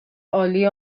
عالی